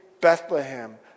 Bethlehem